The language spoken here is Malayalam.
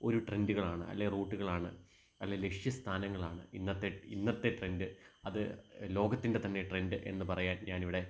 ഒരു ട്രെൻഡുകളാണ് അല്ലേ റൂട്ടുകളാണ് അല്ലേ ലക്ഷ്യ സ്ഥാനങ്ങളാണ് ഇന്നത്തെ ഇന്നത്തെ ട്രെൻഡ് അത് ലോകത്തിൻ്റെ തന്നെ ട്രെൻഡ് എന്നു പറയാൻ ഞാനിവിടെ